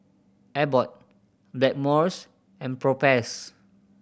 Abbott Blackmores and Propass